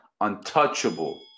untouchable